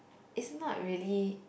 it's not really